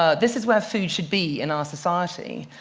ah this is where food should be in our society.